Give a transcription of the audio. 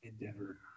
endeavor